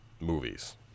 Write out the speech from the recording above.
movies